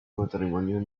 matrimonio